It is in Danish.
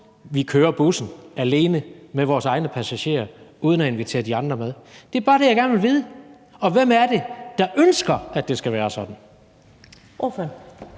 Vi kører bussen alene med vores egne passagerer uden at invitere de andre med? Det er bare det, jeg gerne vil vide. Og hvem er det, der ønsker, at det skal være sådan?